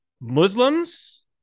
Muslims